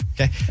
okay